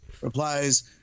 replies